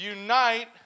unite